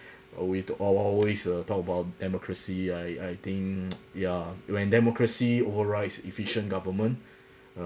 uh we t~ always uh talk about democracy I I think ya when democracy overrides efficient government